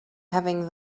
having